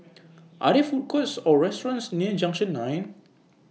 Are There Food Courts Or restaurants near Junction nine